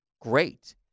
great